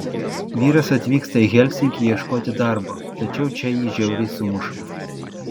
vyras atvyksta į helsinkį ieškoti darbo tačiau čia jį žiauriai sumuša